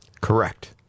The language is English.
Correct